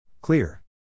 Clear